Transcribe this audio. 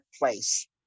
place